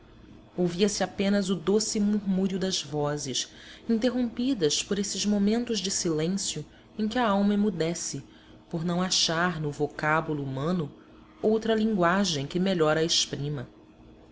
ouvia-se apenas o doce murmúrio das vozes interrompidas por esses momentos de silêncio em que a alma emudece por não achar no vocábulo humano outra linguagem que melhor a exprima